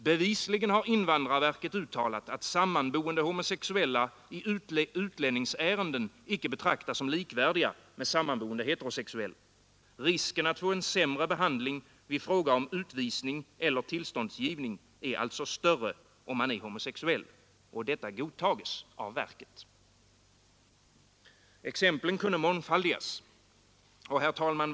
Bevisligen har invandrarverket uttalat att sammanboende homosexuella i utlänningsärenden icke betraktas som likvärdiga med sammanboende heterosexuella. Risken att få en sämre behandling vid fråga om utvisning eller tillståndsgivning är alltså större om man är homosexuell — och detta godtas av verket. Exemplen kunde mångfaldigas, herr talman!